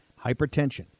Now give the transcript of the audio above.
Hypertension